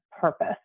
purpose